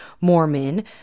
Mormon